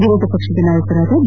ವಿರೋಧ ಪಕ್ಷದ ನಾಯಕ ಬಿ